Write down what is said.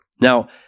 Now